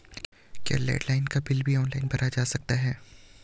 क्या लैंडलाइन का बिल भी ऑनलाइन भरा जा सकता है?